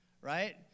right